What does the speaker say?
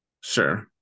Sure